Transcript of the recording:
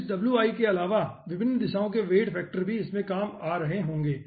इस के अलावा विभिन्न दिशाओं के वेट फैक्टर भी इसमें काम आ रहे होंगे